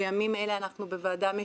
בימים אלה אנחנו בוועדה משותפת,